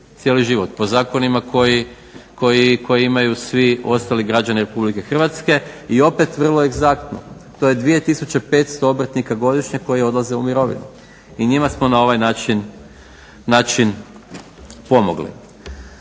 cijeli život po zakonima koji imaju svi ostali građani Republike Hrvatske. I opet vrlo egzaktno, to je 2500 obrtnika godišnje koji odlaze u mirovnu. I njima smo na ovaj način pomogli.